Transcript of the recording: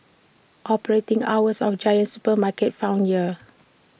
operating hours of giant supermarkets found here